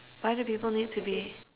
why do people need to be